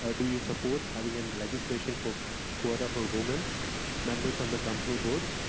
ah do you support having and legislation for quota for women members on the company board,